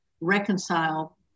reconcile